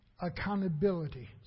accountability